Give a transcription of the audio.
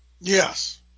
Yes